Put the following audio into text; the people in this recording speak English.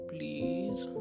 Please